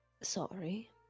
sorry